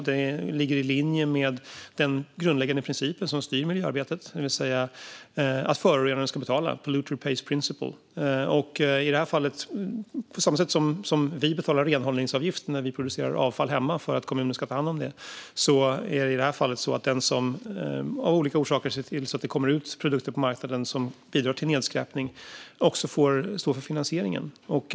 Det ligger i linje med den grundläggande principen som styr miljöarbetet, det vill säga att förorenaren ska betala: polluter pays-principen. På samma sätt som vi betalar renhållningsavgift för att kommunen ska ta hand om det avfall som vi producerar hemma är det i det här fallet den som av olika orsaker ser till att det kommer ut produkter på marknaden som bidrar till nedskräpning som får stå för finansieringen.